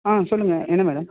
ஆ சொல்லுங்க என்ன மேடம்